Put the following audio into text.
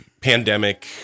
pandemic